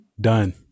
Done